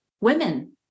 women